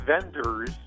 vendors